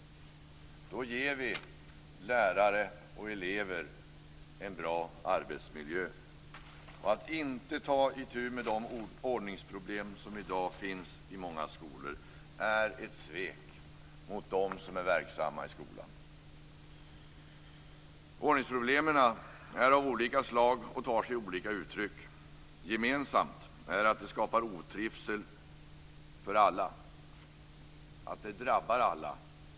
Då ger vi lärare och elever en bra arbetsmiljö. Att inte ta itu med de ordningsproblem som i dag finns i många skolor är ett svek mot dem som är verksamma i skolan. Ordningsproblemen är av olika slag och tar sig olika uttryck. Gemensamt är att de skapar otrivsel för alla, att de drabbar alla.